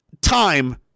time